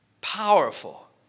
powerful